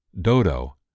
Dodo